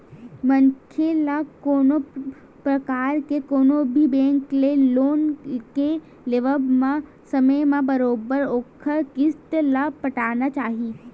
मनखे ल कोनो परकार के कोनो भी बेंक ले लोन के लेवब म समे म बरोबर ओखर किस्ती ल पटाना चाही